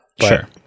Sure